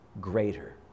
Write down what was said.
greater